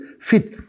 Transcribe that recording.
fit